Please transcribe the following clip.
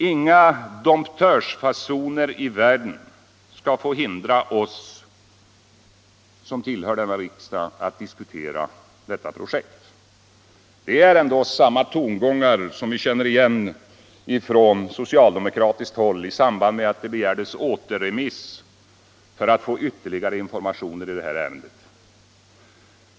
Inga domptörsfasoner i världen skall få hindra oss som tillhör denna riksdag att diskutera det här projektet. Det är ändå samma tongångar som vi känner igen från socialdemokratiskt håll i samband med att det begärdes återremiss för att få ytterligare informationer i detta ärende.